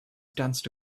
danced